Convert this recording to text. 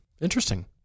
Interesting